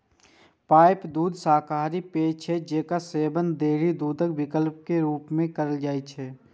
pipe दूध शाकाहारी पेय छियै, जेकर सेवन डेयरी दूधक विकल्प के रूप मे कैल जाइ छै